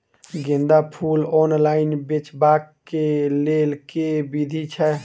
गेंदा फूल ऑनलाइन बेचबाक केँ लेल केँ विधि छैय?